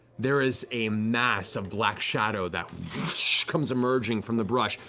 there is a mass of black shadow that comes emerging from the brush,